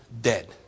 dead